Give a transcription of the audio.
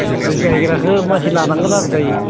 गायग्राखौ मानसि लानांगोन आरो दायो